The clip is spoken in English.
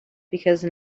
because